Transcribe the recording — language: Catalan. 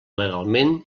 legalment